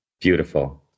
Beautiful